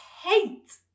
hate